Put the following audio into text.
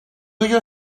your